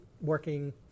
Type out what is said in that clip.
working